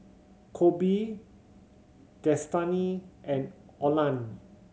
Kobe Destany and Olan